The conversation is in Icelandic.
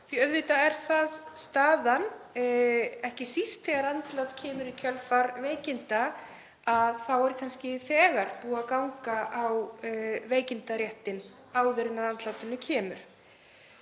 Auðvitað er ekki síst staðan sú þegar andlát kemur í kjölfar veikinda að þá er kannski þegar búið að ganga á veikindaréttinn áður en að andlátinu kemur.